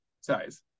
size